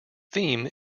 theme